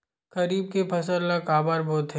खरीफ के फसल ला काबर बोथे?